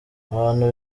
abantu